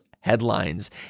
headlines